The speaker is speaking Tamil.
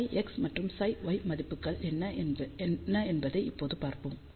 ψx மற்றும் ψy மதிப்புகள் என்ன என்பதை இப்போது பார்ப்போம்